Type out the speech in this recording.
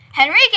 Henrique